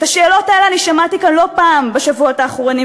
את השאלות האלה אני שמעתי כאן לא פעם בשבועות האחרונים,